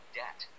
debt